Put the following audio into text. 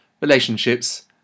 relationships